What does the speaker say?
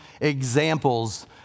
examples